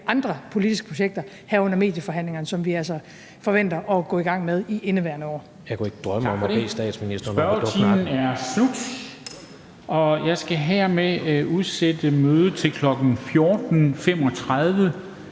andre politiske projekter, herunder medieforhandlingerne, som vi altså forventer at gå i gang med i indeværende år.